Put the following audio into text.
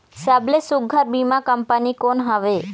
सबले सुघ्घर बीमा कंपनी कोन हवे?